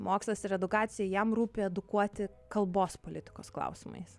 mokslas ir edukacija jam rūpi edukuoti kalbos politikos klausimais